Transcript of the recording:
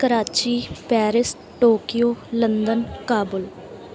Karachi Paris Tokyo London Kabul